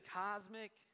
cosmic